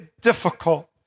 difficult